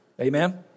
Amen